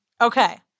Okay